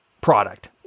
product